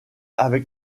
avec